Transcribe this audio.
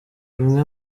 bimwe